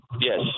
Yes